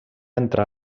entrar